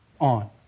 on